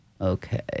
Okay